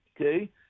okay